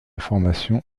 formation